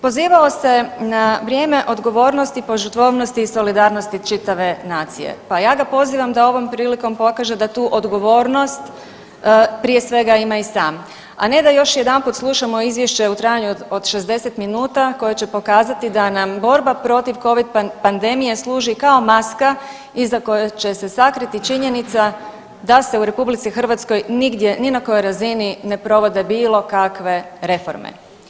Pozivao se na vrijeme odgovornosti, požrtvovnosti i solidarnosti čitave nacije, pa ja ga pozivam da ovom prilikom pokaže da tu odgovornost prije svega ima i sam, a ne da još jedanput slušamo izvješće u trajanju od 60 minuta koje će pokazati da nam borba protiv covid pandemije služi kao maska iza koje će se sakriti činjenica da se u RH nigdje ni na kojoj razini ne provode bilo kakve reforme.